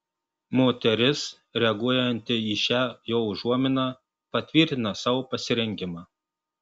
moteris reaguojanti į šią jo užuominą patvirtina savo pasirengimą